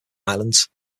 islands